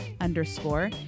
Underscore